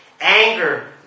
anger